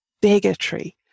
bigotry